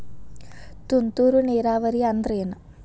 ತುಂತುರು ನೇರಾವರಿ ಅಂದ್ರ ಏನ್?